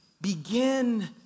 begin